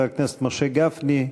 חבר הכנסת משה גפני,